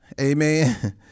amen